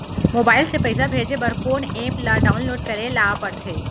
Mobile से पइसा भेजे बर कोन एप ल डाऊनलोड करे ला पड़थे?